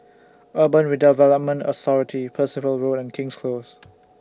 Urban Redevelopment Authority Percival Road and King's Close